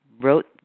wrote